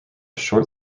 short